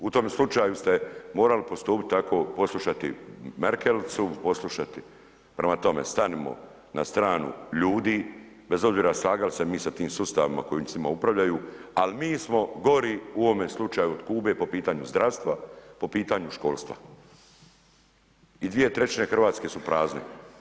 U tom slučaju ste morali postupiti tako poslušati Merkelicu, poslušati prema tome stanimo na stranu ljudi, bez obzira slagali se mi sa tim sustavima koji s njima upravljaju, al mi smo gori u ovome slučaju od Kube po pitanju zdravstva, po pitanju školstva i 2/3 Hrvatske su prazne.